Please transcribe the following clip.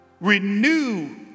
Renew